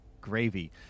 gravy